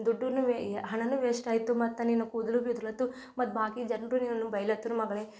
ದುಡ್ಡೂ ಹಣವೂ ವೇಸ್ಟಾಯಿತು ಮತ್ತು ನಿನ್ನ ಕೂದಲು ಬಿ ಉದ್ಲತ್ತು ಮತ್ತು ಬಾಕಿ ಜನರು ನಿನ್ನನ್ನು ಬೈಲತ್ರು ಮಗಳೆ